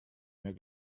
mehr